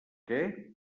què